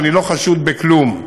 ואני לא חשוד בכלום.